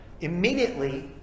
immediately